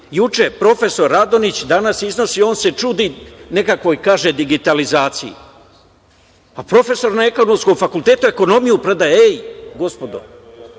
juče prof. Radonjić, danas iznosi, on se čudi nekakvoj digitalizaciji. Pa profesor na ekonomskom fakultetu, ekonomiju predaje gospodo